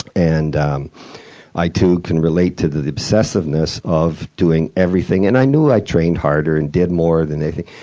and um i, too, can relate to the the obsessiveness of doing everything and i knew i trained harder and did more than anything,